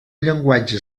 llenguatge